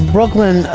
Brooklyn